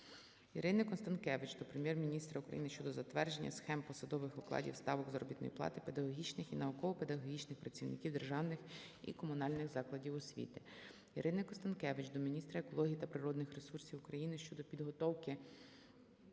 Ірини Констанкевич до Прем'єр-міністра України щодо затвердження Схем посадових окладів (ставок заробітної плати) педагогічних і науково-педагогічних працівників державних і комунальних закладів освіти. Ірини Констанкевич до міністра екології та природних ресурсів України щодо підтримки